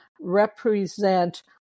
represent